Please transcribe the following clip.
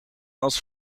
als